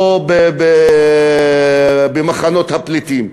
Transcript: או במחנות הפליטים.